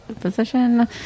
position